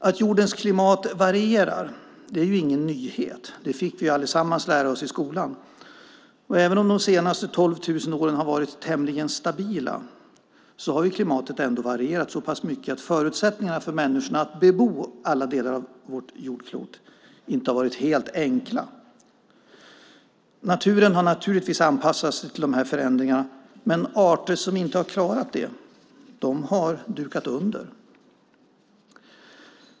Att jordens klimat varierar är ingen nyhet. Det fick vi alla lära oss i skolan. Även om de senaste 12 000 åren har varit tämligen stabila har klimatet ändå varierat så pass mycket att förutsättningarna för människorna att bebo alla delar av vårt jordklot inte har varit helt enkla. Naturen har naturligtvis anpassat sig till de här förändringarna, men arter som inte har klarat det har dukat under.